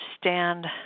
stand